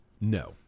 No